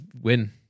win